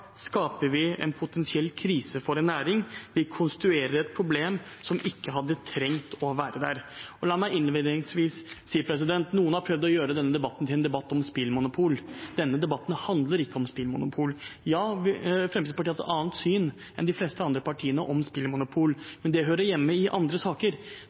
skaper vi en potensiell krise for en næring, vi konstruerer et problem som ikke hadde trengt å være der. La meg innledningsvis si at noen har prøvd å gjøre denne debatten til en debatt om spillmonopol. Denne debatten handler ikke om spillmonopol. Ja, Fremskrittspartiet har et annet syn enn de fleste andre partiene når det gjelder spillmonopol, men det hører hjemme i andre saker.